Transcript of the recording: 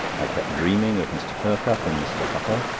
i kept dreaming of mr. perkupp and mr. huttle.